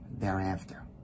thereafter